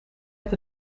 het